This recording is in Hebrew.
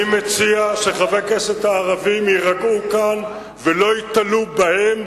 אני מציע שחברי הכנסת הערבים יירגעו כאן ולא ייתלו בהם.